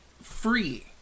free